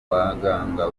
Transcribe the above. baganga